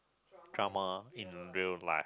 trauma in real life